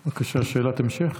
בבקשה, שאלת המשך.